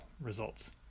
results